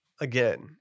again